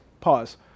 Pause